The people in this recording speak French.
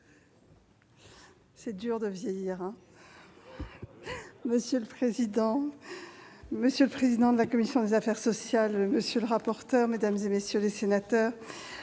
est à Mme la ministre. Monsieur le président, monsieur le président de la commission des affaires sociales, monsieur le rapporteur, mesdames, messieurs les sénateurs,